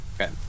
Okay